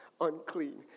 unclean